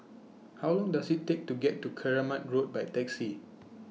How Long Does IT Take to get to Keramat Road By Taxi